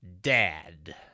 dad